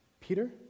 Peter